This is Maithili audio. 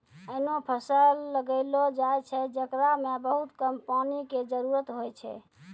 ऐहनो फसल लगैलो जाय छै, जेकरा मॅ बहुत कम पानी के जरूरत होय छै